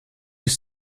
ist